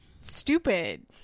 stupid